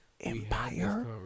Empire